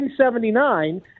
1979